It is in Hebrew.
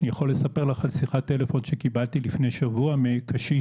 אני יכול לספר לך על שיחת טלפון שקיבלתי לפני שבוע מקשיש